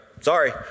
Sorry